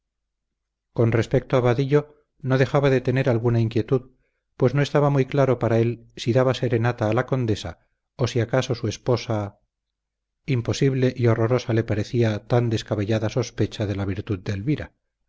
con respecto a vadillo no dejaba de tener alguna inquietud pues no estaba muy claro para él si daba serenata a la condesa o si acaso su esposa imposible y horrorosa le parecía tan descabellada sospecha de la virtud de